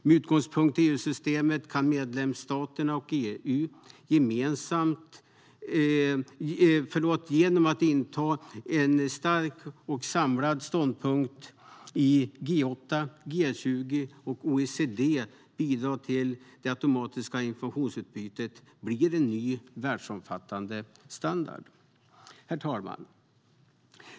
Med utgångspunkt i EU-systemet kan medlemsstaterna och EU, genom att inta en stark och samlad ståndpunkt i G8, G20 och OECD, bidra till att det automatiska informationsutbytet blir en ny världsomfattande standard. Herr talman!